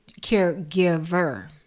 caregiver